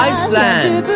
Iceland